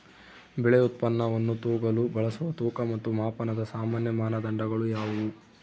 ಬೆಳೆ ಉತ್ಪನ್ನವನ್ನು ತೂಗಲು ಬಳಸುವ ತೂಕ ಮತ್ತು ಮಾಪನದ ಸಾಮಾನ್ಯ ಮಾನದಂಡಗಳು ಯಾವುವು?